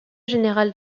général